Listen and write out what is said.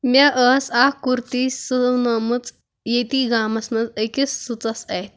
مےٚ ٲسۍ اَکھ کُرتی سونٲومٕژ ییٚتی گامس منٛز أکِس سٕژس اَتھۍ